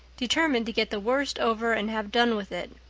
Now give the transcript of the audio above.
determined to get the worst over and have done with it.